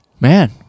Man